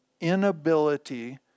inability